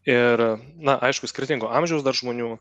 ir na aišku skirtingo amžiaus dar žmonių